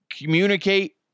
communicate